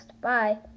Bye